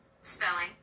Spelling